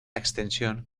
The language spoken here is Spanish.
extensión